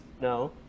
No